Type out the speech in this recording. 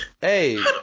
Hey